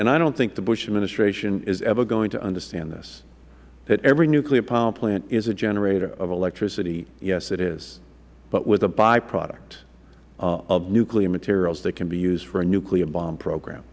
and i don't think the bush administration is ever going to understand this that every nuclear power plant is a generator of electricity yes it is but with a by product of nuclear materials that can be used for a nuclear bomb program